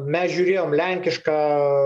mes žiūrėjom lenkišką